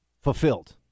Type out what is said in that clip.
fulfilled